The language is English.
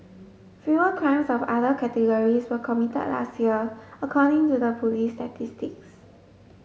fewer crimes of other categories were committed last year according to the police's statistics